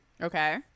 Okay